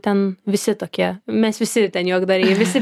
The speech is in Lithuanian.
ten visi tokie mes visi ten juokdariai visi